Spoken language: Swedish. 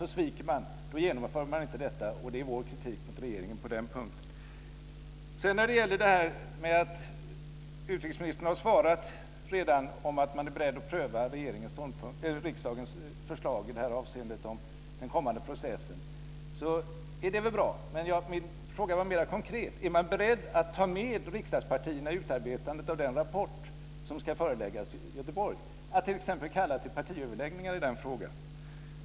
Då genomför man inte detta, och det är vår kritik mot regeringen på den punkten. Utrikesministern har redan svarat att man är beredd att pröva riksdagens förslag om den kommande processen, och det är väl bra. Men min fråga var mer konkret. Är man beredd att ta med riksdagspartierna i utarbetandet av den rapport som ska föreläggas i Göteborg, att t.ex. kalla till partiledaröverläggningar i frågan?